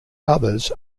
others